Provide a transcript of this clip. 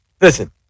listen